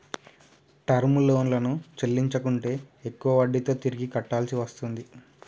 term లోన్లను చెల్లించకుంటే ఎక్కువ వడ్డీతో తిరిగి కట్టాల్సి వస్తుంది